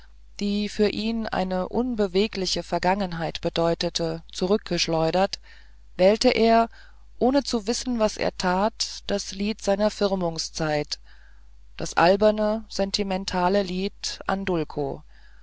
die für ihn eine unbewegliche vergangenheit bedeutete zurückgeschleudert wählte er ohne zu wissen was er tat das lied seiner firmungszeit das alberne sentimentale lied